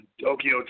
Tokyo